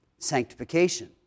sanctification